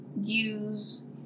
use